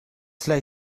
cela